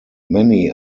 many